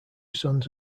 sons